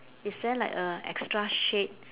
is there like a extra shape